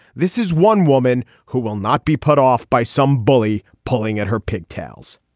this is one woman who will not be put off by some bully pulling at her pigtails